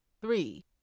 Three